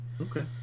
Okay